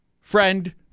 friend